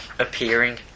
Appearing